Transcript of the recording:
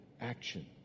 action